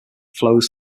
flows